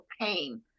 pain